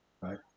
right